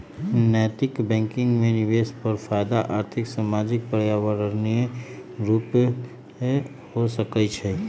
नैतिक बैंकिंग में निवेश पर फयदा आर्थिक, सामाजिक, पर्यावरणीय रूपे हो सकइ छै